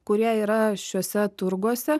kurie yra šiuose turguose